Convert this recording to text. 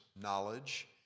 knowledge